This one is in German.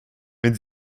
wenn